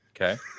Okay